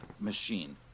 machine